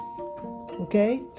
Okay